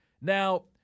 Now